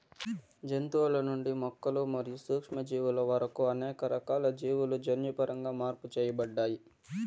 జంతువుల నుండి మొక్కలు మరియు సూక్ష్మజీవుల వరకు అనేక రకాల జీవులు జన్యుపరంగా మార్పు చేయబడ్డాయి